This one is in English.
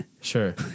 Sure